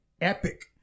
epic